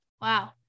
Wow